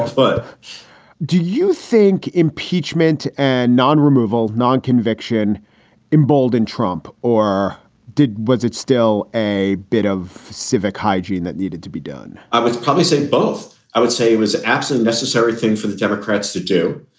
but do you think impeachment and non removal, non conviction embolden trump or did was it still a bit of civic hygiene that needed to be done? i would probably say both. i would say it was absolute necessary thing for the democrats to do.